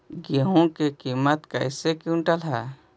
गेहू के किमत कैसे क्विंटल है?